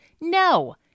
No